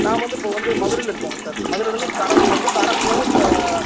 நான் வந்து இப்போ வந்து மதுரையில் இருக்கோங்க சார் மதுரையிலேருந்து காரைக்குடி வந்து காரைக்குடிலேர்ந்து